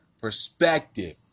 perspective